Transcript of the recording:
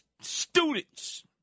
students